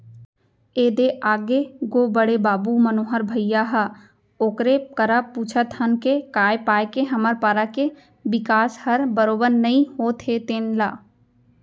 ए दे आगे गो बड़े बाबू मनोहर भइया ह ओकरे करा पूछत हन के काय पाय के हमर पारा के बिकास हर बरोबर नइ होत हे तेन ल